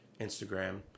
Instagram